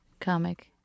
comic